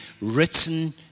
written